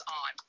on